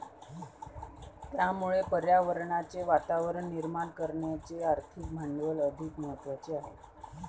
त्यामुळे पर्यावरणाचे वातावरण निर्माण करण्याचे आर्थिक भांडवल अधिक महत्त्वाचे आहे